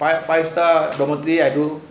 five five star quality I do